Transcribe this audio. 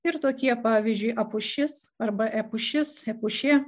ir tokie pavyzdžiui epušis arba epušis epušė